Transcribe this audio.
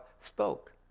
spoke